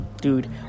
dude